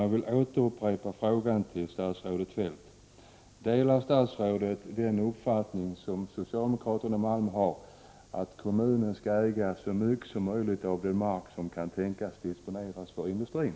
Jag vill upprepa frågan till statsrådet Feldt: Delar statsrådet den uppfattning som socialdemokraterna i Malmö har, nämligen att kommu ner skall äga så mycket som möjligt av den mark som kan tänkas disponeras av industrin?